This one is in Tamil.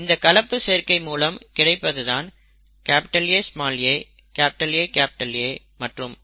இந்த கலப்பு சேர்க்கை மூலம் கிடைப்பது Aa AA மற்றும் aA